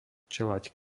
čeľaď